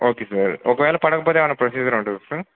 okay sir ఒకవేళ పడకపోతే ఏమైనా ప్రొసీజర్ ఉంటుందా సార్